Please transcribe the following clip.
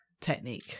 technique